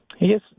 Yes